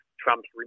Trump's